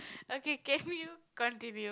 okay can you continue